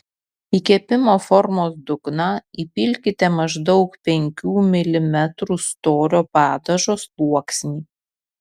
į kepimo formos dugną įpilkite maždaug penkių milimetrų storio padažo sluoksnį